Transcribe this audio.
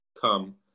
come